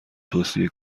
توصیه